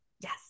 yes